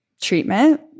treatment